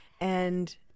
and-